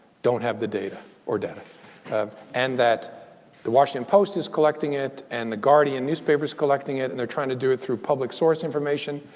don't have the data or data and that the washington post is collecting it and the guardian newspaper is collecting it. and they're trying to do it through public source information.